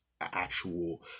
actual